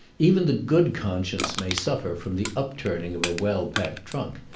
even the good conscience may suffer from the upturning of a well-packed trunk.